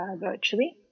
virtually